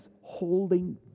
holding